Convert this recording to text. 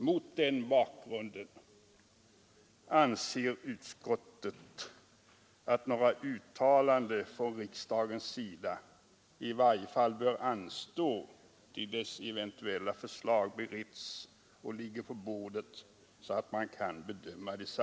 Mot den bakgrunden anser utskottet att uttalanden från riksdagens sida i varje fall bör anstå tills eventuella förslag beretts och ligger på bordet, så att man kan bedöma dem.